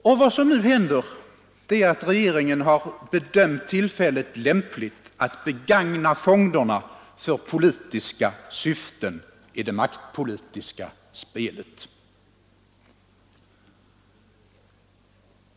Och vad som nu händer är att regeringen har bedömt tillfället lämpligt att begagna fonderna för politiska syften i det maktpolitiska spelet.